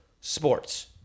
sports